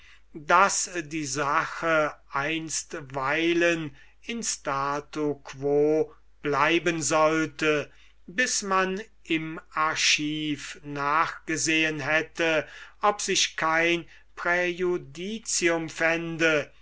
daß die sache einsweilen in statu quo bleiben sollte bis man im archiv nachgesehen hätte ob sich kein präjudicium fände